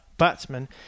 batsman